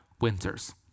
Winters